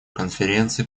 конференции